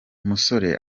umusore